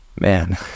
Man